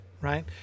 right